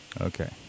Okay